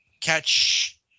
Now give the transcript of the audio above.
catch